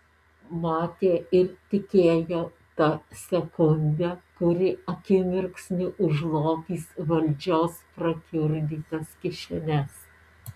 matė ir tikėjo ta sekunde kuri akimirksniu užlopys valdžios prakiurdytas kišenes